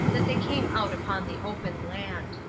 that they came out upon the open land.